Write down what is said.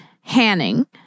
Hanning